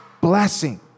Blessing